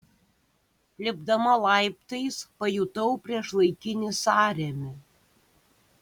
lipdama laiptais pajutau priešlaikinį sąrėmį